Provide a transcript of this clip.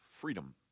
freedom